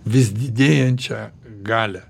vis didėjančią galią